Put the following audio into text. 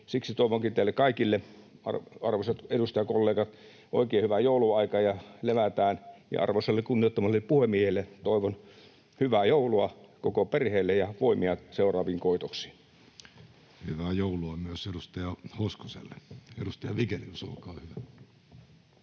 Siksi toivonkin teille kaikille, arvoisat edustajakollegat, oikein hyvää joulunaikaa, ja levätään. Arvoisalle kunnioittamalleni puhemiehelle toivon hyvää joulua koko perheelle ja voimia seuraaviin koitoksiin. Hyvää joulua myös edustaja Hoskoselle. — Edustaja Vige- lius, olkaa hyvä.